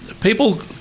people